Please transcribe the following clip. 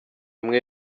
umwe